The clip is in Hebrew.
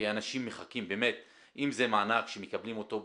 אם זה מענק שמקבלים אותו,